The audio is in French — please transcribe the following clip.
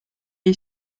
est